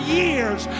years